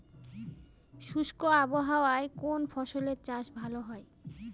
শুষ্ক আবহাওয়ায় কোন ফসলের চাষ ভালো হয়?